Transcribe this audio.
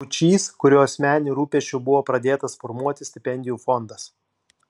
būčys kurio asmeniniu rūpesčiu buvo pradėtas formuoti stipendijų fondas